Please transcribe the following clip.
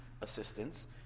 assistance